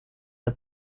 der